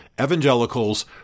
Evangelicals